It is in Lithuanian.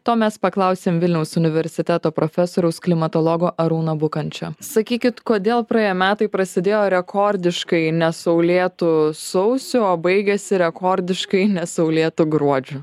to mes paklausim vilniaus universiteto profesoriaus klimatologo arūno bukančio sakykit kodėl praėję metai prasidėjo rekordiškai nesaulėtu sausiu o baigiasi rekordiškai nesaulėtu gruodžiu